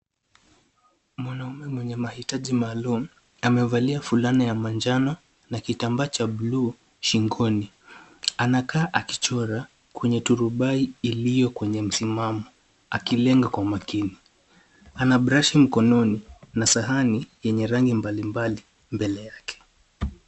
Mwanaume mwenye mahitaji maalum, amevalia fulana ya manjano na kitambaa cha buluu shingoni. Anakaa akichora, kwenye turubai iliyo kwenye msimamo akilenga kwa makini. Ana brashi mkononi na sahani yenye rangi mbalimbali mbele yake.